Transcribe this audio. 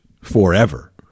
forever